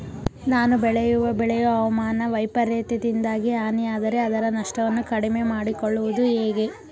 ನಾನು ಬೆಳೆಯುವ ಬೆಳೆಯು ಹವಾಮಾನ ವೈಫರಿತ್ಯದಿಂದಾಗಿ ಹಾನಿಯಾದರೆ ಅದರ ನಷ್ಟವನ್ನು ಕಡಿಮೆ ಮಾಡಿಕೊಳ್ಳುವುದು ಹೇಗೆ?